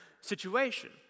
situation